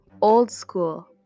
old-school